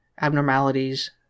abnormalities